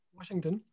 Washington